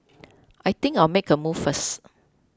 I think I'll make a move first